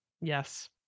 Yes